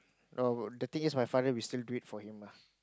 no the thing is my father will still do it for him mah